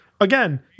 Again